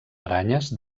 aranyes